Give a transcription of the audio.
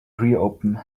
reopen